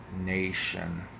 nation